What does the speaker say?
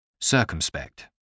Circumspect